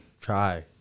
try